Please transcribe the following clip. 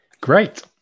Great